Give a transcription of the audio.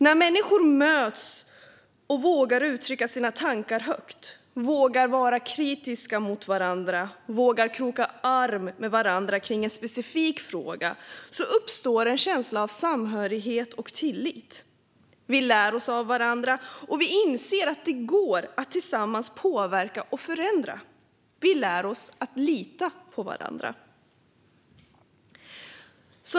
När människor möts och vågar uttrycka sina tankar högt, vågar vara kritiska mot varandra och vågar kroka arm med varandra kring en specifik fråga uppstår en känsla av samhörighet och tillit. Vi lär oss av varandra, och vi inser att det går att tillsammans påverka och förändra. Vi lär oss att lita på varandra.